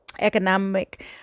economic